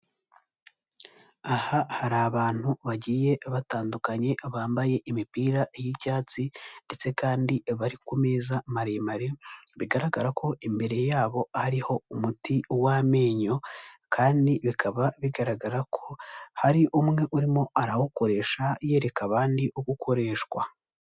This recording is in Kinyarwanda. Aha hari abantu bagiye batandukanye, bambaye imipira y'icyatsi ndetse kandi bari ku meza maremare, bigaragara ko imbere yabo hariho umuti w'amenyo kandi bikaba bigaragara ko, hari umwe urimo arawukoresha yereka abandi uko ukoreshwa.